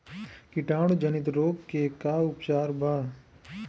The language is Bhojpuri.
कीटाणु जनित रोग के का उपचार बा?